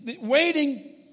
Waiting